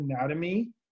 anatomy